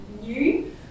new